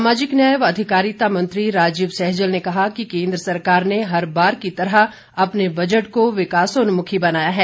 सामाजिक न्याय व अधिकारिता मंत्री राजीव सैजल ने कहा कि केन्द्र सरकार ने हर बार की तरह अपने बजट को विकासोन्मुखी बनाया है